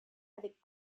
avec